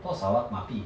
多少啊马币